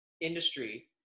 industry